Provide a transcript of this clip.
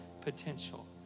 potential